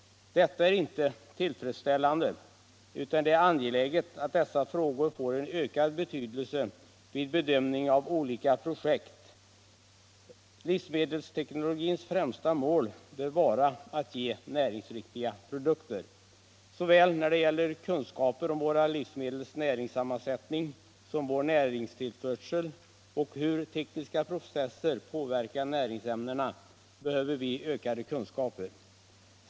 Detta är inte tillfredsställande, utan det är angeläget att dessa frågor får en ökad betydelse vid bedömning av olika projekt. Livsmedelsteknologins främsta mål bör vara att ge näringsriktiga produkter. Såväl när det gäller kunskaper om våra livsmedels näringssammansättning som när det gäller vår näringstillförsel och hur tekniska processer påverkar näringsämnena behöver vi ökade kunskaper.